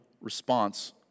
response